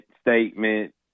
statement